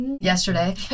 yesterday